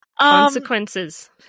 Consequences